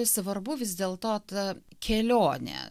svarbu vis dėlto ta kelionė